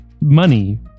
money